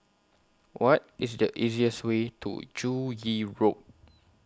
What IS The easiest Way to Joo Yee Road